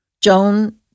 Joan